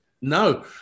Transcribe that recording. No